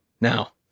now